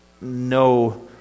no